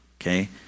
okay